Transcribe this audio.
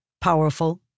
powerful